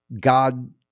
God